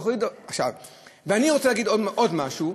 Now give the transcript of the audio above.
אני רוצה להגיד עוד משהו,